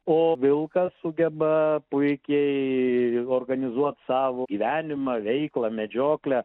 o vilkas sugeba puikiai organizuot sau gyvenimą veiklą medžioklę